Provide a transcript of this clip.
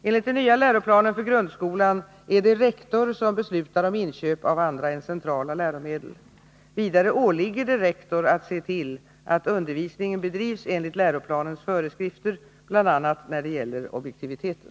Enligt den nya läroplanen för grundskolan är det rektor som beslutar om inköp av andra än centrala läromedel. Vidare åligger det rektor att se till att undervisningen bedrivs enligt läroplanens föreskrifter, bl.a. när det gäller objektiviteten.